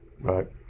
Right